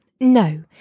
No